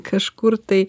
kažkur tai